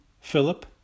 Philip